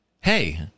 Hey